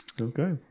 Okay